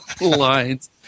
lines